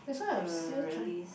!wow! really